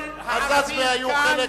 עזאזמה היו חלק,